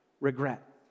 regret